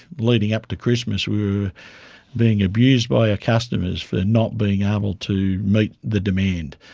leading up to christmas, we were being abused by our customers for not being able to meet the demand.